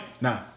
Nah